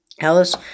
Alice